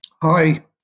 Hi